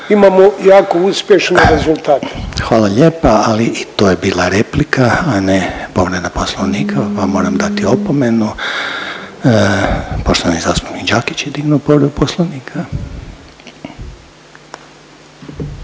Željko (HDZ)** Hvala lijepa, ali i to je bila replika, a ne povreda Poslovnika, pa vam moram dati opomenu. Poštovani zastupnik Đakić je dignuo povredu Poslovnika.